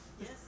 Yes